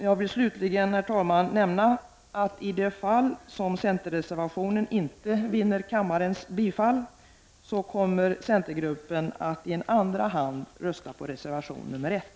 Jag vill slutligen nämna att i det fall centerreservationen inte vinner kammarens bifall kommer centergruppen att i andra hand rösta på reservation 1.